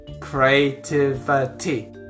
Creativity